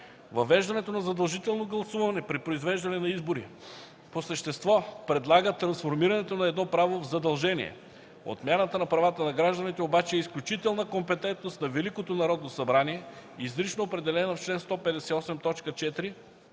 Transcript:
Въвеждането на задължително гласуване при произвеждане на избори по същество предлага трансформирането на едно право в задължение. Отмяната на правата на гражданите обаче е изключителна компетентност на Велико Народно събрание, изрично определена в чл. 158,